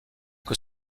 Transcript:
que